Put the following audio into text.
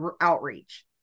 outreach